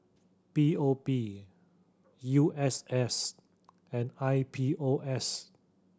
P O P U S S and I P O S